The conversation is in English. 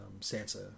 Sansa